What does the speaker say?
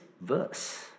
verse